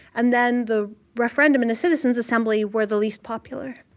and then the referendum and the citizens assembly were the least popular.